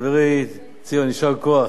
חברי ציון, יישר כוח.